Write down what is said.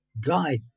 guide